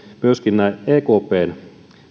myöskin nämä ekpn